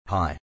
Hi